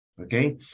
Okay